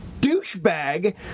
douchebag